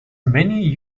many